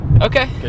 Okay